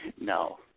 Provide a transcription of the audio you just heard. no